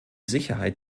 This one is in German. sicherheit